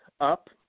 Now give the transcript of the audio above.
up